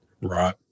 Right